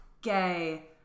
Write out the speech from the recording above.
gay